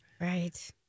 Right